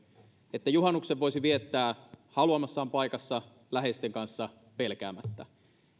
että juhannuksen voisi viettää haluamassaan paikassa läheisten kanssa pelkäämättä ja